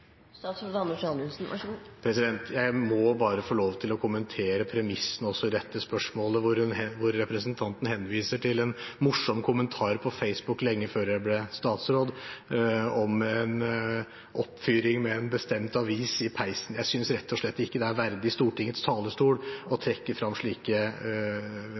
Jeg må bare få lov til å kommentere premissene også i dette spørsmålet, hvor representanten henviser til en morsom kommentar på Facebook lenge før jeg ble statsråd, om en oppfyring med en bestemt avis i peisen. Jeg synes rett og slett ikke det er verdig Stortingets talerstol å trekke frem slike